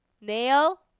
Nail